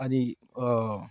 आनी